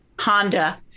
Honda